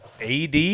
AD